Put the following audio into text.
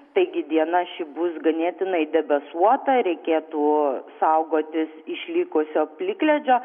taigi diena ši bus ganėtinai debesuota reikėtų saugotis išlikusio plikledžio